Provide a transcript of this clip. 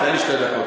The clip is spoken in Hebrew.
תן לי שתי דקות.